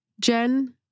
Jen